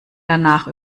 danach